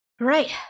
Right